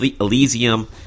Elysium